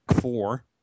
four